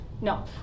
no